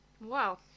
Wow